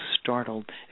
startled